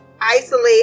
isolate